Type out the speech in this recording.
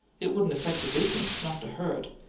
it wouldn't affect the business not to hurt.